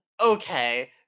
okay